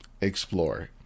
explore